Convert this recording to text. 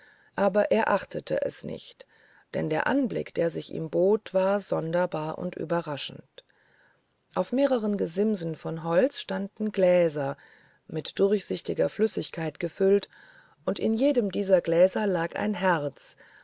aber er achtete es nicht denn der anblick der sich ihm bot war sonderbar und überraschend auf mehreren gesimsen von holz standen gläser mit durchsichtiger flüssigkeit gefüllt und in jedem dieser gläser lag ein herz